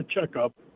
checkup